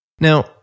Now